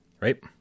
right